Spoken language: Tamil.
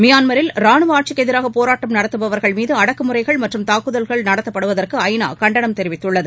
மியான்மில் ரானுவ ஆட்சிக்கு எதிராக போராட்டம் நடத்தபவர்கள் மீது அடக்குமுறைகள் மற்றும் தாக்குதல்கள் நடத்தப்படுவதற்கு ஐ நா கண்டனம் தெரிவித்துள்ளது